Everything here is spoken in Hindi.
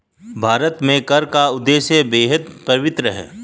भारत में कर का उद्देश्य बेहद पवित्र है